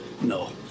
no